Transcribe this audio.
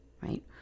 right